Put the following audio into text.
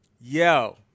yo